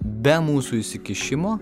be mūsų įsikišimo